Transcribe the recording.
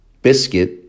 Biscuit